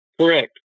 correct